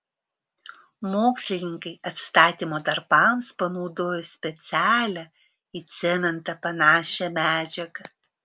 mokslininkai atstatymo darbams panaudojo specialią į cementą panašią medžiagą